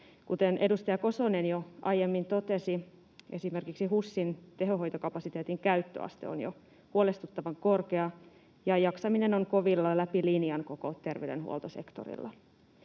Kuten edustaja Kosonen jo aiemmin totesi, esimerkiksi HUSin tehohoitokapasiteetin käyttöaste on jo huolestuttavan korkea, ja jaksaminen on kovilla läpi linjan koko terveydenhuoltosektorilla.